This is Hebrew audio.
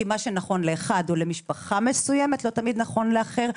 כי מה שנכון לאחד או למשפחה מסוימת לא נכון תמיד לאחרים.